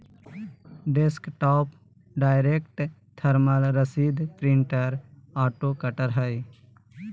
desktop direct thermal रसीद printer auto cutter हइ